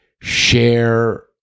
share